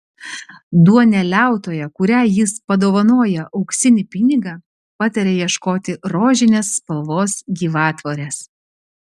duoneliautoja kuriai jis padovanoja auksinį pinigą pataria ieškoti rožinės spalvos gyvatvorės